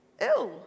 Ew